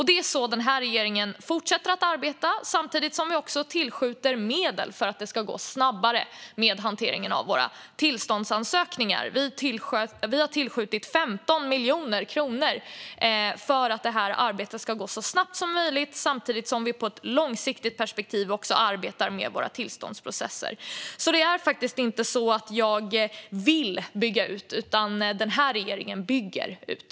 Det är så den här regeringen fortsätter att arbeta samtidigt som vi tillskjuter medel för att det ska gå snabbare med hanteringen av våra tillståndsansökningar. Vi har tillskjutit 15 miljoner kronor för att arbetet ska gå så snabbt som möjligt samtidigt som vi i ett långsiktigt perspektiv arbetar med våra tillståndsprocesser. Det är faktiskt inte så att jag vill bygga ut, utan den här regeringen bygger ut.